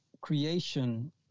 creation